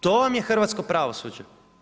To vam je hrvatsko pravosuđe.